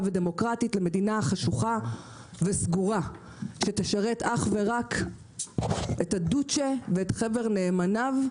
ודמוקרטית למדינה חשוכה וסגורה שתשרת אך ורק את הדוצ'ה ואת חבר נאמניו.